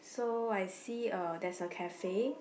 so I see a there's a cafe